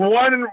one